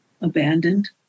abandoned